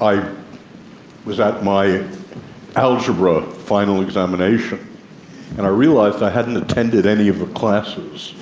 i was at my algebra final examination and i realised i hadn't attended any of the classes